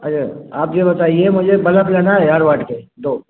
अछा आप ये बताइए मुझे बलफ लेना है हज़ार वाट के दो